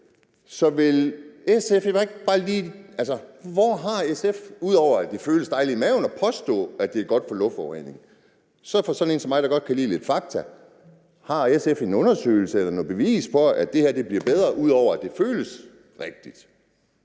mig på noget. Ud over at det føles dejligt i maven at påstå, at det er godt for luftforureningen, har SF så – bare lige for sådan en som mig, der godt kan lide lidt fakta – en undersøgelse eller noget bevis på, at det her bliver bedre, altså ud over at det føles rigtigt?